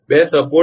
બે સપોર્ટ